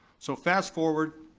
so fast-forward,